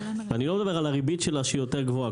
אני לא מדבר על הריבית שלה שהיא יותר גבוהה.